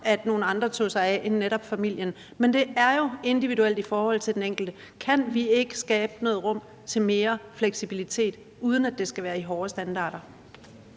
at nogle andre end netop familien tog sig af. Men det er jo individuelt i forhold til den enkelte. Kan vi ikke skabe noget rum til mere fleksibilitet, uden at det skal være i hårde standarder?